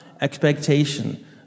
expectation